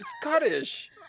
Scottish